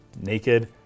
naked